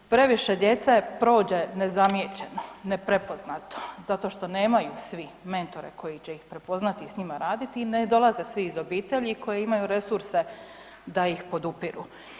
Previše djece prođe nezamijećeno, neprepoznato zato što nemaju svi mentore koji će ih prepoznati i s njima raditi i ne dolaze svi iz obitelji koji imaju resurse da ih podupiru.